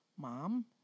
mom